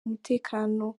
umutekano